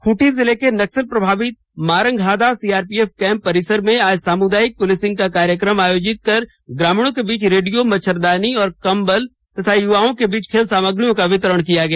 खूंटी जिले के नक्सल प्रभावित मारंगहादा सीआरपीएफ कैम्प परिसर में आज सामुदायिक पुलिसिंग का कार्यक्रम आयोजित ग्रामीणों के बीच रेडियो मच्छड़दानी तथा कम्बल और युवाओं के बीच खेल सामग्रियों का वितरण किया गया